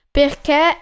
perché